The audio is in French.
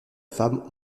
femme